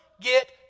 get